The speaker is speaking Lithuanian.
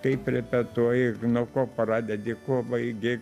kaip repetuoji nuo ko pradedi kuo baigi